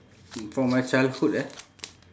from my childhood eh